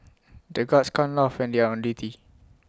the guards can't laugh when they are on duty